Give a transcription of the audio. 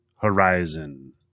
horizon